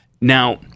Now